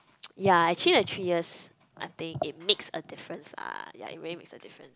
yea actually the three years I think it makes a difference lah yea it really makes a difference